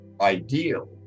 ideal